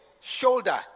Shoulder